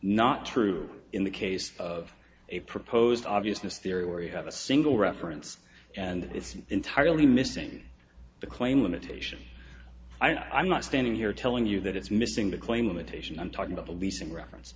not true in the case of a proposed obviousness theory where you have a single reference and it's an entirely missing the claim limitation i'm not standing here telling you that it's missing the claim limitation i'm talking about the leasing reference